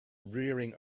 rearing